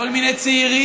כל מיני צעירים